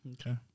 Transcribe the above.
Okay